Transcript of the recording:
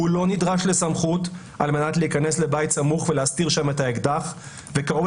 הוא לא נדרש לסמכות על מנת להיכנס לבית סמוך ולהסתיר שם את האקדח וקרוב